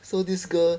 so this girl